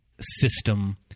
system